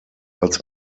als